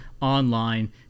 online